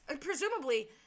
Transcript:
presumably